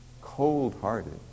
cold-hearted